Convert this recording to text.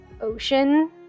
ocean